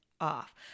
off